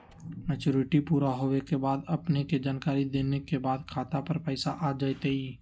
Maturity पुरा होवे के बाद अपने के जानकारी देने के बाद खाता पर पैसा आ जतई?